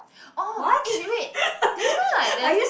orh eh wait do you know like there's this